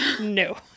no